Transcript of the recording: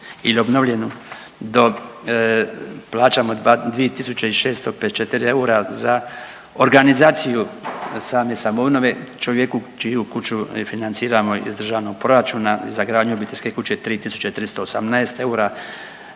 ili obnovljenu plaćamo 2.654 eura za organizaciju same samoobnove čovjeku čiju kuću i financiramo iz državnog proračuna za gradnju obiteljske kuće 3.318 eura,